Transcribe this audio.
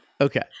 Okay